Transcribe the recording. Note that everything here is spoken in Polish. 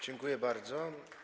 Dziękuję bardzo.